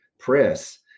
press